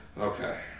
okay